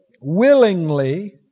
Willingly